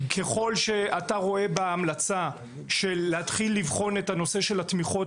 ככל שאתה רואה בהמלצה של להתחיל לבחון את הנושא של התמיכות